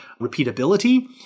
repeatability